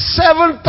seven